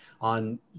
on